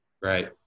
Right